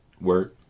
Word